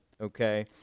okay